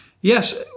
Yes